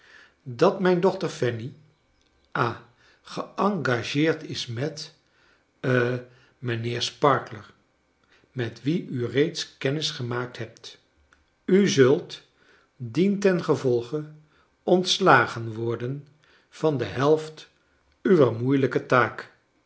dat mijn dochter fanny ha geengageerd is met ha mijnheer sparkler met wien u reeds kennis gemaakt hebt u zult dientengevolge ontslagen worden van de helft uwer moeilijke taak